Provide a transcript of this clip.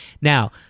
Now